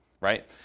right